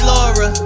Laura